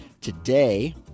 Today